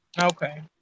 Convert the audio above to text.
Okay